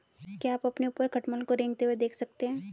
क्या आप अपने ऊपर खटमल को रेंगते हुए देख सकते हैं?